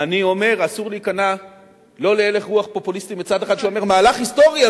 אני אומר שמצד אחד אסור להיכנע להלך רוח פופוליסטי שאומר: מהלך היסטורי,